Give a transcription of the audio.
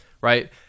Right